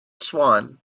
swann